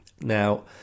now